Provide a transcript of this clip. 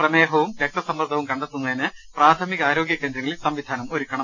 പ്രമേഹവും രക്തസമ്മർദ്ദവും കണ്ടെത്തുന്ന തിന് പ്രാഥമികാരോഗൃ കേന്ദ്രങ്ങളിൽ സംവിധാനം ഒരുക്കണം